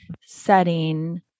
setting